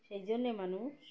সেই জন্যে মানুষ